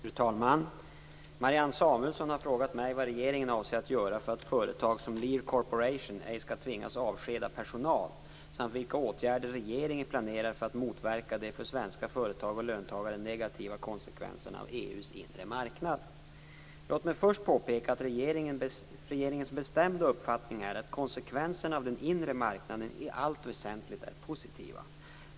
Fru talman! Marianne Samuelsson har frågat mig vad regeringen avser att göra för att företag som Lear Corporation ej skall tvingas avskeda personal samt vilka åtgärder regeringen planerar för att motverka de för svenska företag och löntagare negativa konsekvenserna av EU:s inre marknad. Låt mig först påpeka att regeringens bestämda uppfattning är att konsekvenserna av den inre marknaden i allt väsentligt är positiva.